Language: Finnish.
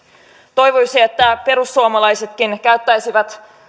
toivoisi että perussuomalaisetkin käyttäisivät